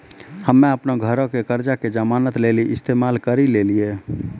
हम्मे अपनो घरो के कर्जा के जमानत लेली इस्तेमाल करि लेलियै